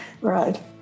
Right